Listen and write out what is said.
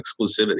exclusivity